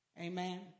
Amen